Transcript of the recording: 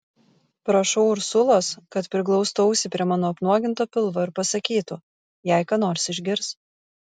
prašau ursulos kad priglaustų ausį prie mano apnuoginto pilvo ir pasakytų jei ką nors išgirs